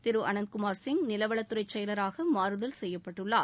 திரு அனந்த் குமார் சிங் நிலவலத்துறை செயலராக மாறுதல் செய்யப்பட்டுள்ளார்